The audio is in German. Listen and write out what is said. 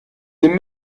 dem